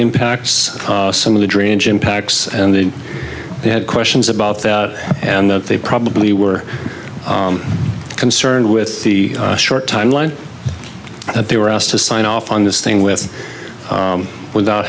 impacts some of the drainage impacts and they had questions about that and that they probably were concerned with the short timeline that they were asked to sign off on this thing with without